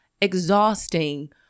exhausting